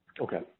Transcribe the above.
Okay